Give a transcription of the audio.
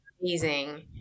amazing